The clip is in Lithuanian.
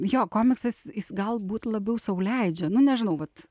jo komiksas jis galbūt labiau sau leidžia nu nežinau vat